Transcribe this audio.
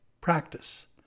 practice